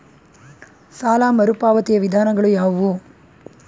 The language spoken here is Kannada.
ಸಾಲ ಮರುಪಾವತಿಯ ವಿಧಾನಗಳು ಯಾವುವು?